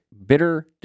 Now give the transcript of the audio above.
bitter